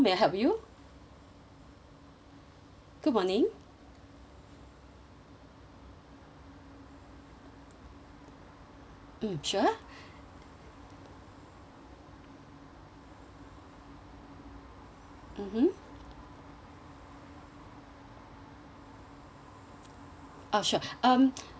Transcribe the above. good morning mm sure mmhmm ah sure um